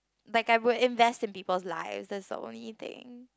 but I would invest in people's life that's the only thing